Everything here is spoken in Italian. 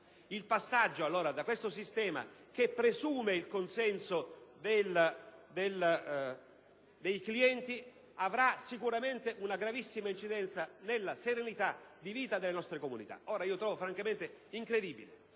il passaggio ad un sistema che presume il consenso dei clienti avrà sicuramente una gravissima incidenza sulla serenità della vita delle nostre comunità. Trovo francamente incredibile